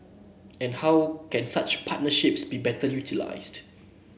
and how can such partnerships be better utilised